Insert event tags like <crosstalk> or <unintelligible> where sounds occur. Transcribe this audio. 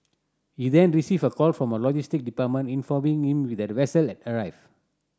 he then received a call from logistic department informing him <unintelligible> that a vessel had arrived